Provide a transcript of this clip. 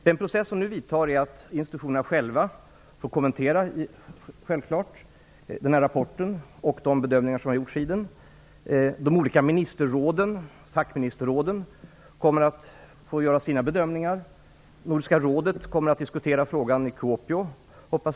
Den process som nu vidtar är att institutionerna givetvis själva får kommentera rapporten och de bedömningar som har gjorts i den. Fackministerråden kommer att få göra sina bedömningar, och Nordiska rådet kommer förhoppningsvis att diskutera frågan i Kuopio.